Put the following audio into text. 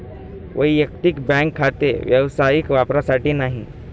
वैयक्तिक बँक खाते व्यावसायिक वापरासाठी नाही